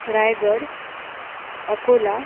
Raigad Akola